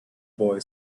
boy